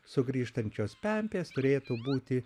sugrįžtančios pempės turėtų būti